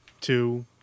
two